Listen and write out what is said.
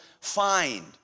find